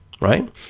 right